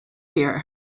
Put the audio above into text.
here